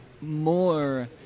more